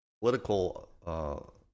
political